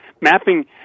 mapping